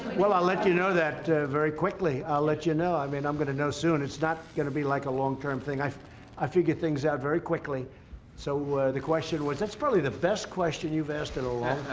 well, i'll let you know that very quickly i'll let you know i mean, i'm gonna know soon it's not gonna be like a long-term thing. i i figured things out very quickly so the question was that's probably the best question. you've asked it alone